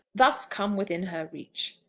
thus come within her reach.